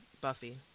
Buffy